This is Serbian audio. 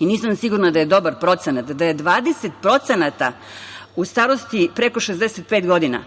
i nisam sigurna da je dobar procenat, da je 20% u starosti preko 65 godina